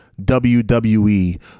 WWE